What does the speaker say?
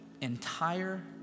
entire